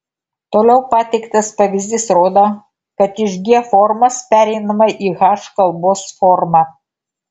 toliau pateiktas pavyzdys rodo kad iš g formos pereinama į h kalbos formą